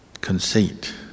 conceit